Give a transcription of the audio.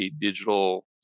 digital